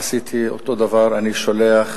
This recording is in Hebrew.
עשיתי אותו דבר: אני שולח